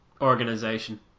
Organization